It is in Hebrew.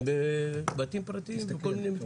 הם בבתים פרטיים וכל מיני מתקנים.